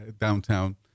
downtown